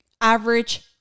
average